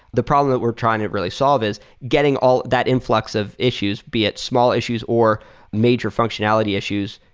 the problem that we're trying to really solve is getting all that influx of issues, be it small issues or major functionality issues